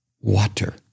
water